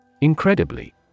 Incredibly